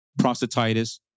prostatitis